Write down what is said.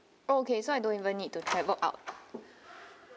okay so I don't even need to travel out